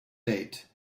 date